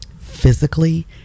physically